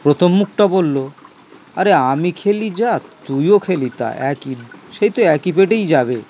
প্রথম মুখটা বলল আরে আমি খেলি যা তুইও খেলি তা একই সেই তো একই পেটেই যাবে